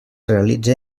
realitze